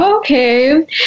Okay